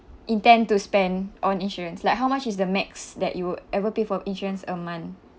intend to spend on insurance like how much is the max that you would ever pay for insurance a month